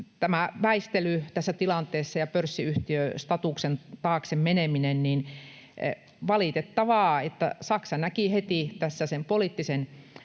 tämä väistely tässä tilanteessa ja pörssiyhtiöstatuksen taakse meneminen on valitettavaa. Saksa näki heti tässä sen poliittisen